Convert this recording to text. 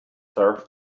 sir